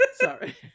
Sorry